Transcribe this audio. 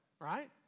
right